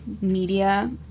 media